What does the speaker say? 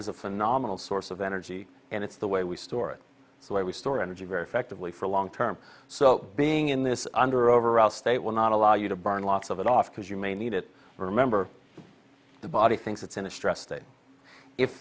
is a phenomenal source of energy and it's the way we store it the way we store energy very effectively for long term so being in this under overall state will not allow you to burn lots of it off because you may need it remember the body thinks it's in a stress